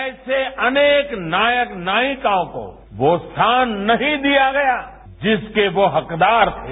ऐसे अनेक नायक नायिकाओं को वो स्थान नहीं दिया गया जिसके वो हकदार थे